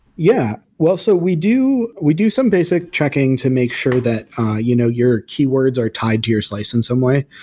yeah. well, so we do we do some basic checking to make sure that you know your keywords are tied to your slice in some way,